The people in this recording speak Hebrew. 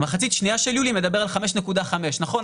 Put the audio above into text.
המחצית השנייה של יולי מדברת על 5.5%. נכון,